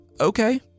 Okay